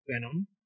Venom